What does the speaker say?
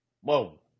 Whoa